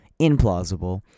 implausible